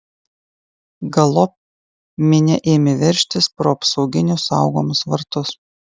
galop minia ėmė veržtis pro apsauginių saugomus vartus